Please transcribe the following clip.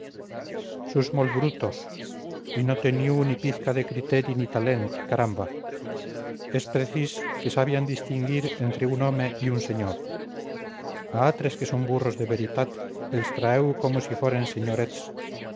molt brutos y no teniu ni pizca de criteri ni talent caramba es precis que sapian distinguir entre un home y un señor a atres que son burros de veritat els trateu como si foren señorests